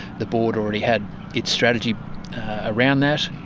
the board already had its strategy around that.